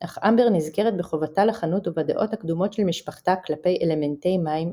אך אמבר נזכרת בחובתה לחנות ובדעות הקדומות של משפחתה כלפי אלמנטי מים,